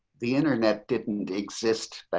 the internet didn't exist.